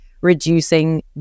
reducing